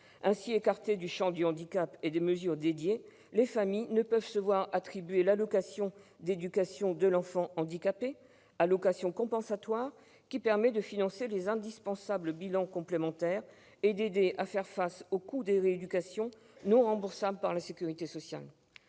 Ainsi écartés du champ du handicap et des mesures dédiées, les familles ne peuvent se voir attribuer l'allocation d'éducation de l'enfant handicapé, allocation compensatoire qui permet de financer les indispensables bilans complémentaires et d'aider à faire face aux coûts des rééducations non remboursables par la sécurité sociale.